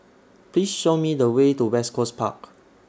Please Show Me The Way to West Coast Park